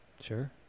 Sure